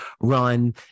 run